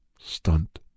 stunt